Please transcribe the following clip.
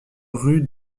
rue